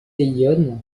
yonne